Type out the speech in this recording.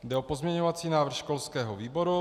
Jde o pozměňovací návrh školského výboru.